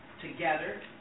together